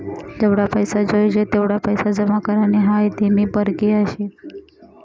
जेवढा पैसा जोयजे तेवढा पैसा जमा करानी हाई धीमी परकिया शे